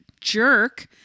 jerk